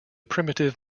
primitive